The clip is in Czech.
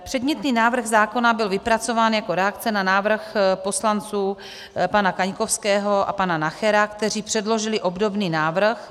Předmětný návrh zákona byla vypracován jako reakce na návrh poslanců pana Kaňkovského a pana Nachera, kteří předložili obdobný návrh.